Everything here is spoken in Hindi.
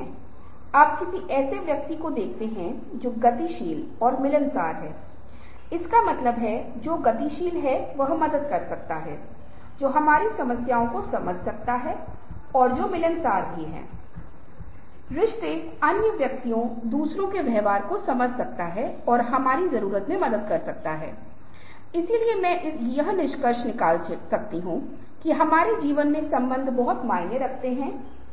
IIT प्रणाली में होने के नाते देश के सबसे पुराने IIT में से एक का हिस्सा होने के नाते हम नई तकनीकों और इमर्सिव प्रौद्योगिकियों की अवधारणाओं के साथ आने वाले लोगों के संपर्क में आ रहे हैं जो कि वे विभिन्न स्थानों पर स्थापित करने की योजना बना रहे हैं जिसका अर्थ है आप एक आभासी दुनिया में रहते हैं या एक आभासी दुनिया आपके लिए बनाई गई है उदाहरण के लिए हम खोज रहे थे कि हमारे नेहरू संग्रहालय के लिए